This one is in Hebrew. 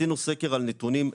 נכון.